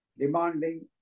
demanding